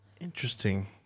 Interesting